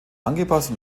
angepasst